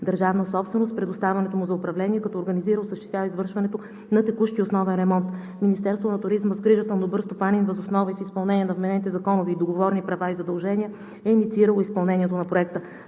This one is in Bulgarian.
държавна собственост, предоставянето му за управление, като организира и осъществява извършването на текущ и основен ремонт. Министерството на туризма в грижата му на добър стопанин въз основа на изпълнение на вменените законови и договорни права и задължения е инициирало изпълнението на Проекта.